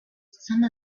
some